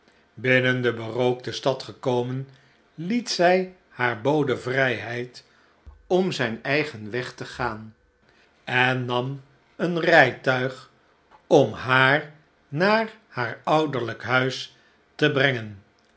binnen de berookte stad gekomen liet zij haar bode vrijheid om zijn eigen weg te gaan en nam een rijtuig om haar naar haar ouderlijk huis te brengen